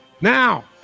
Now